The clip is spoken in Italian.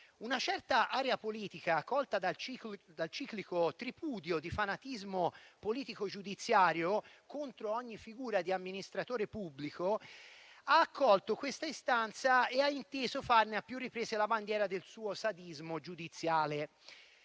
Una certa area politica, colta da ciclico tripudio di fanatismo politico-giudiziario contro ogni figura di amministratore pubblico, ha accolto questa istanza e ha inteso farne a più riprese la bandiera del proprio sadismo giudiziale.